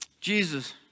Jesus